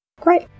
Great